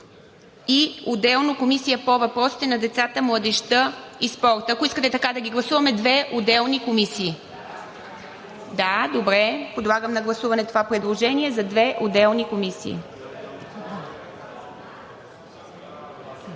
и отделно „Комисия по въпросите на децата, младежта и спорта“. Ако искате, да ги гласуваме и двете отделни комисии? Подлагам на гласуване това предложение за две отделни комисии.